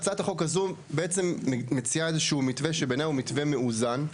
הצעת החוק הזו מציעה איזשהו מתווה שבעיניי הוא מתווה מאוזן,